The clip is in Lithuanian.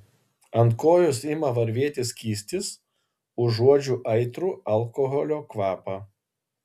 ant kojos ima varvėti skystis užuodžiu aitrų alkoholio kvapą